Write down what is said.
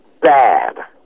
bad